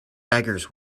beggars